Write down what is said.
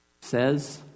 says